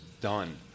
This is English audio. done